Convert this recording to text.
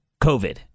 COVID